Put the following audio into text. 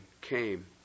came